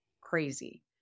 crazy